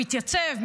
מתייצב,